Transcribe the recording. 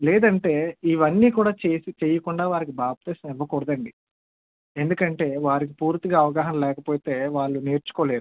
లేదంటే ఇవన్నీ కూడా చేసి చెయ్యకుండా వారికి బాప్తీసం ఇవ్వకూడదండి ఎందుకంటే వారికి పూర్తిగా అవగాహన లేకపోతే వాళ్ళు నేర్చుకోలేరు